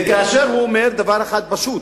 וכאשר הוא אומר דבר אחד פשוט,